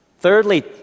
Thirdly